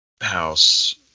house